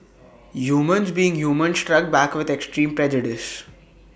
humans being humans struck back with extreme prejudice